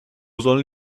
sollen